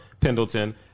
Pendleton